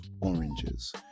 Oranges